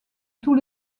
tous